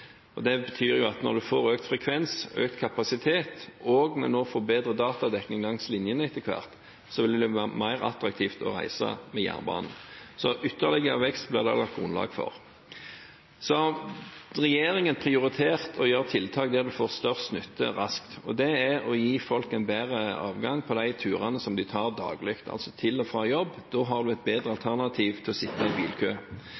Det betyr at når vi får økt frekvens, økt kapasitet og bedre datadekning langs linjene etter hvert, vil det være mer attraktivt å reise med jernbanen – så ytterligere vekst blir det lagt grunnlag for. Så har regjeringen prioritert å gjøre tiltak der en får størst nytte raskt, og det er å gi folk en bedre avgang på de turene de tar daglig, altså til og fra jobb, og da har man et bedre